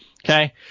Okay